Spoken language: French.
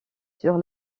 sur